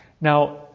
Now